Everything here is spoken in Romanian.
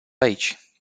aici